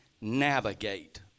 navigate